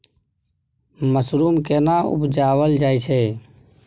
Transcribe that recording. Mushroom केना उबजाबल जाय छै?